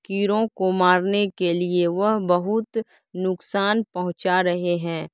کیڑوں کو مارنے کے لیے وہ بہت نقصان پہنچا رہے ہیں